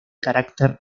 carácter